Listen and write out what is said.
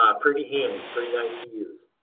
um pretty handy. pretty nice to use.